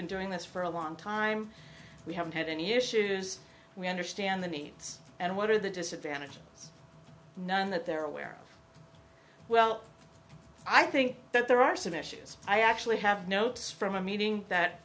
been doing this for a long time we haven't had any issues we understand the needs and what are the disadvantages none that they're aware of well i think that there are some issues i actually have notes from a meeting that